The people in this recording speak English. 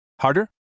Harder